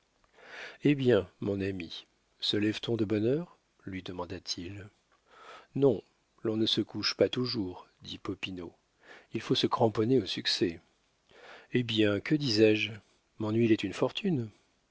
eh bien mon ami se lève t on de bonne heure lui demanda-t-il non l'on ne se couche pas toujours dit popinot il faut se cramponner au succès eh bien que disais-je mon huile est une fortune